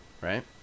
Right